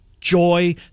joy